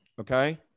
Okay